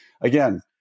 again